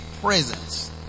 presence